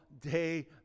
day